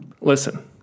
listen